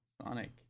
Sonic